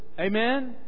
Amen